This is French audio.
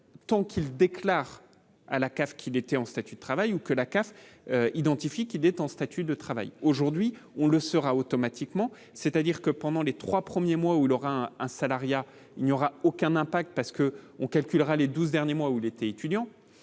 tant qu'il déclare à la cave, qu'il était en statue de travail ou que la casse qui détend statut de travail aujourd'hui, on le sera automatiquement, c'est-à-dire que pendant les 3 premiers mois, ou un salariat, il n'y aura aucun impact parce que on calculera les 12 derniers mois, où il était étudiant